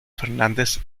fernández